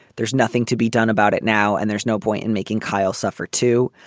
there's nothing to be done about it now. and there's no point in making kyle suffer, too.